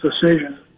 decision